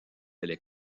les